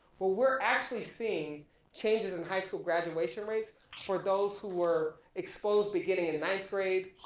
well we're actually seeing changes in high school graduation rates for those who were exposed beginning in ninth grade,